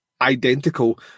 identical